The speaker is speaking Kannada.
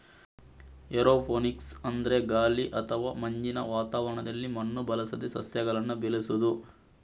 ಏರೋಪೋನಿಕ್ಸ್ ಅಂದ್ರೆ ಗಾಳಿ ಅಥವಾ ಮಂಜಿನ ವಾತಾವರಣದಲ್ಲಿ ಮಣ್ಣು ಬಳಸದೆ ಸಸ್ಯಗಳನ್ನ ಬೆಳೆಸುದು